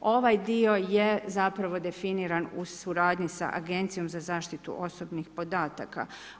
Ovaj dio je definiran u suradnji sa Agencijom za zaštitu osobnih podataka.